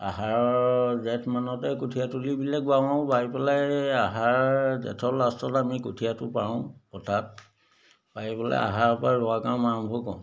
আহাৰৰ জেঠ মানতে কঠীয়াতলিবিলাক বাওঁ আৰু বাই পেলাই আহাৰ জেঠৰ লাষ্টত আমি কঠীয়াটো পাৰোঁ পথাৰত পাৰি পেলাই আহাৰৰ পৰা ৰোৱা কাম আৰম্ভ কৰোঁ